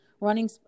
Running